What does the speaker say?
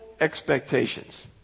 expectations